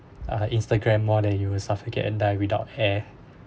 ah instagram more than you will suffocate and die without hair